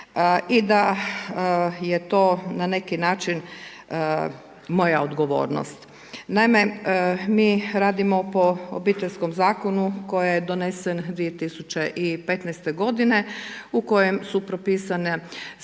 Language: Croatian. i da je to na neki način moja odgovornost. Naime, mi radimo po Obiteljskom zakonu koji je donesen 2015.-te godine u kojem su propisani svi